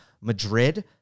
Madrid